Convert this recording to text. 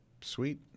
sweet